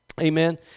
Amen